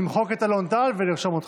נמחק את אלון טל ונרשום אותך.